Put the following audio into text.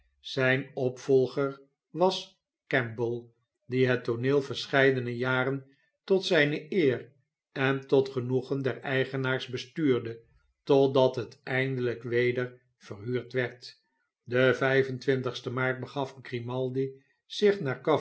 zijn opvolger was campbell die het tooneel verscheidene jaren tot zijne eer en tot genoegen der eigenaars bestuurde totdat het eindelijk weder verhuurd werd den sten maart begaf grimaldi zich naar